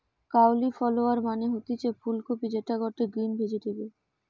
cauliflower মানে হতিছে ফুল কপি যেটা গটে গ্রিন ভেজিটেবল